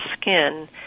skin